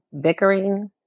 bickering